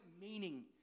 meaning